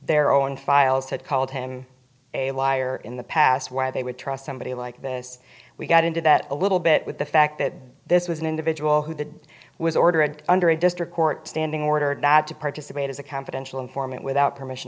their own files had called him a liar in the past why they would trust somebody like this we got into that a little bit with the fact that this was an individual who did was ordered under a district court standing order that to participate as a confidential informant without permission